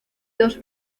dos